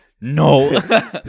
no